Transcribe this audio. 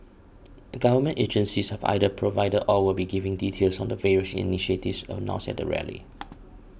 government agencies have either provided or will be giving details on the various initiatives announced at the rally